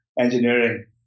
engineering